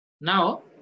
Now